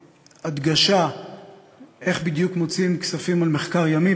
הדגשה איך בדיוק מוציאים כספים על מחקר ימי.